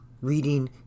reading